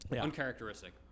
Uncharacteristic